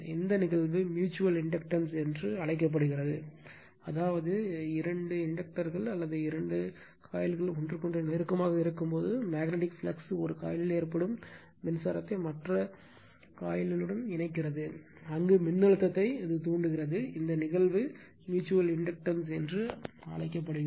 இந்த நிகழ்வு mutual inductance என்று அழைக்கப்படுகிறது அதாவது இரண்டு தூண்டிகள் அல்லது இரண்டு காயில்கள் ஒருவருக்கொருவர் நெருக்கமாக இருக்கும்போது மேக்னட்டிக் பாய்வு ஒரு காயிலில் ஏற்படும் மின்சாரத்தை மற்ற சுருளுடன் இணைக்கிறது அங்கு மின்னழுத்தத்தை தூண்டுகிறது இந்த நிகழ்வு ம்யூச்சுவல் இண்டக்டன்ஸ் என அழைக்கப்படுகிறது